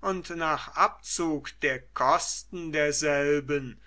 und nach abzug der kosten derselben